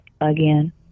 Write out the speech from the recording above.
again